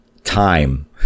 time